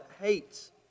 hates